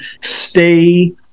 stay